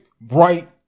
bright